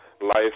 life